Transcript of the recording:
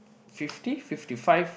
fifty fifty five